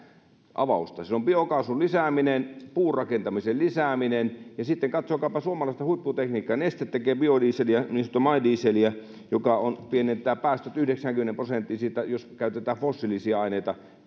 avausta siellä on biokaasun lisääminen puurakentamisen lisääminen ja sitten katsokaapa suomalaista huipputekniikkaa neste tekee biodieseliä niin sanottua my dieseliä joka pienentää päästöt yhdeksäänkymmeneen prosenttiin siitä jos käytetään fossiilisia aineita